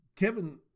Kevin